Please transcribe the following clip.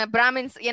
Brahmins